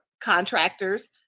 contractors